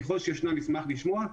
ככל שיש, נשמח לשמוע.